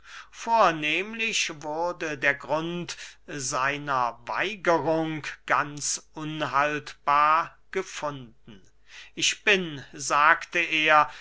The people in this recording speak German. vornehmlich wurde der grund seiner weigerung ganz unhaltbar gefunden ich bin sagte er